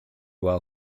while